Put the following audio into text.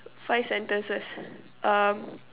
five sentences um